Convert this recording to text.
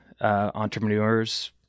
entrepreneurs